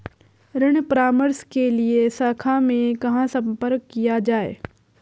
ऋण परामर्श के लिए शाखा में कहाँ संपर्क किया जाए?